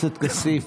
משת"פ.